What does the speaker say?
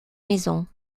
maison